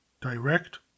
direct